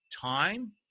time